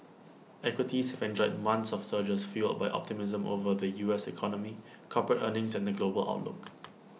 equities have enjoyed months of surges fuelled by optimism over the U S economy corporate earnings and the global outlook